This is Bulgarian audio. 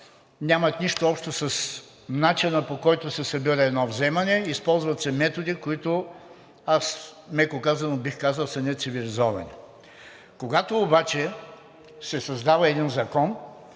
нямат нищо общо с начина, по който се събира едно вземане. Използват се методи, които аз, меко казано, бих казал, са нецивилизовани. Когато обаче се създава един закон,